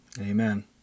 Amen